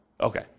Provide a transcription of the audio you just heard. Okay